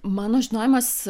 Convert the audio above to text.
mano žinojimas